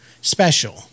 Special